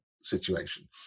situation